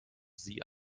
sie